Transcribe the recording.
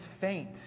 faint